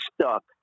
stuck